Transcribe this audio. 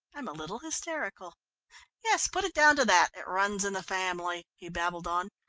i'm a little hysterical yes, put it down to that. it runs in the family, he babbled on.